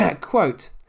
quote